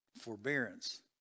forbearance